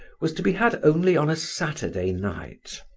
was to be had only on a saturday night.